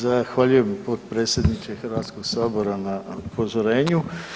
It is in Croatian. Zahvaljujem, potpredsjedniče Hrvatskog sabora na upozorenju.